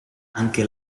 anche